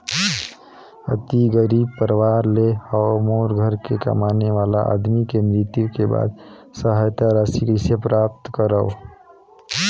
अति गरीब परवार ले हवं मोर घर के कमाने वाला आदमी के मृत्यु के बाद सहायता राशि कइसे प्राप्त करव?